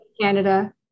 Canada